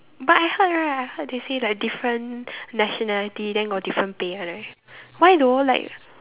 but I heard right I heard they say like different nationality then got different pay one right why though like